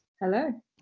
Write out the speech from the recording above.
Hello